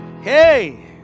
hey